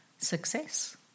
success